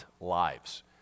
lives